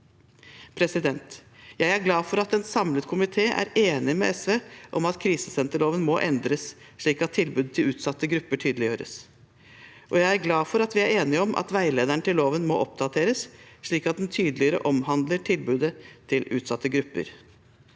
Jeg er glad for at en samlet komité er enig med SV i at krisesenterloven må endres slik at tilbudet til utsatte grupper tydeliggjøres, og jeg er glad for at vi er enige om at veilederen til loven må oppdateres, slik at den tydeligere omhandler tilbudet til utsatte grupper.